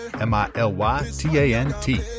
m-i-l-y-t-a-n-t